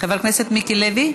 חבר הכנסת מיקי לוי,